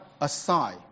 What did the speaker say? aside